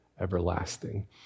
everlasting